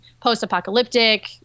post-apocalyptic